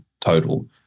total